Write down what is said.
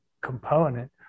component